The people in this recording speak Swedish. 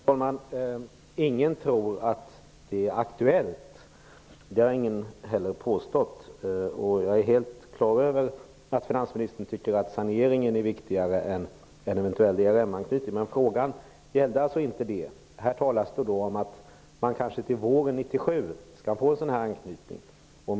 Herr talman! Ingen tror att detta är aktuellt - det har ingen heller påstått. Jag är helt klar över att finansministern tycker att saneringen är viktigare än en eventuell ERM-anknytning. Men frågan gällde inte det. Här talas det om att man kanske till våren 1997 skall få en sådan här anknytning.